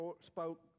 spoke